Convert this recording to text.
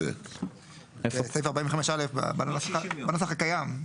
בסעיף 45(א) בנוסח הקיים,